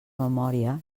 memòria